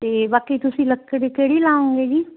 ਅਤੇ ਬਾਕੀ ਤੁਸੀਂ ਲੱਕੜੀ ਕਿਹੜੀ ਲਾਓਗੇ ਜੀ